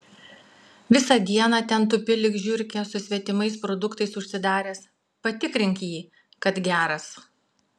visą dieną ten tupi lyg žiurkė su svetimais produktais užsidaręs patikrink jį kad geras